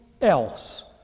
else